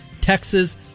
Texas